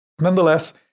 Nonetheless